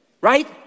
right